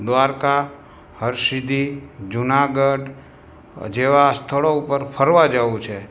દ્વારકા હરસિદ્ધિ જુનાગઢ જેવાં સ્થળો ઉપર ફરવા જવું છે